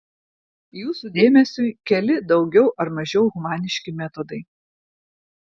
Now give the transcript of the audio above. jūsų dėmesiui keli daugiau ar mažiau humaniški metodai